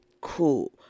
Cool